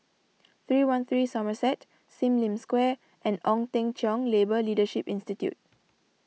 three one three Somerset Sim Lim Square and Ong Teng Cheong Labour Leadership Institute